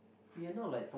we're not like talk~